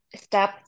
step